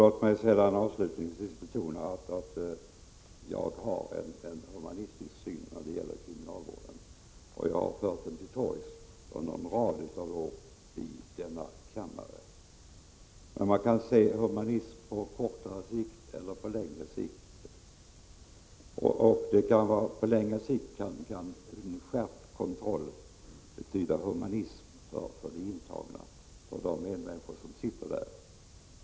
Låt mig avslutningsvis betona att jag har en humanitär syn på kriminalvården. Jag har fört den till torgs under en rad av år i denna kammare. Men man kan se humanitet på kortare eller längre sikt. På längre sikt kan en skärpt kontroll betyda humanitet mot de intagna, för de medmänniskor som sitter där.